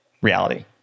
reality